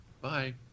Bye